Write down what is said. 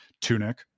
Tunic